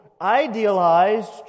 idealized